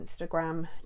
Instagram